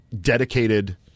dedicated